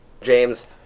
James